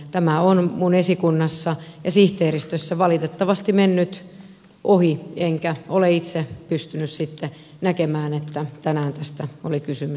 tämä on minun esikunnassani ja sihteeristössä valitettavasti mennyt ohi enkä ole itse pystynyt näkemään että tänään tästä oli kysymys